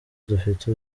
dufite